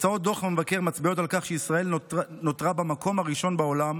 תוצאות דוח המבקר מצביעות על כך שישראל נותרה במקום הראשון בעולם